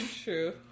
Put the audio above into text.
true